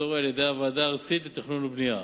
סטטוטורי על-ידי הוועדה הארצית לתכנון ובנייה.